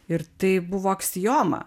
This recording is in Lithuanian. ir tai buvo aksioma